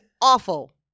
awful